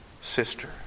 sister